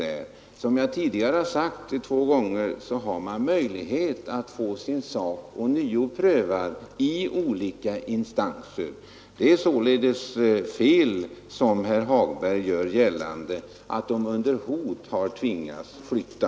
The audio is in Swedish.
Såsom jag sagt två gånger tidigare har man möjlighet att få sin sak ånyo prövad i olika instanser. Det är således fel, som herr Hagberg gör gällande, att de arbetslösa under hot tvingas flytta.